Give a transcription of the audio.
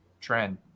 trend